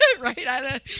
Right